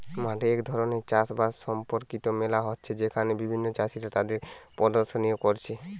মাঠে এক ধরণের চাষ বাস সম্পর্কিত মেলা হচ্ছে যেখানে বিভিন্ন চাষীরা তাদের প্রদর্শনী কোরছে